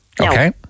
Okay